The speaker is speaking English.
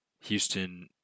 Houston